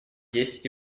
есть